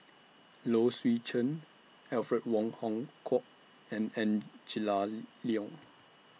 Low Swee Chen Alfred Wong Hong Kwok and Angela Liong